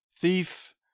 Thief